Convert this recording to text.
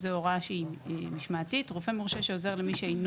הוראה שהיא משמעתית: "רופא מורשה שעוזר למי שאינו